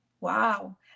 wow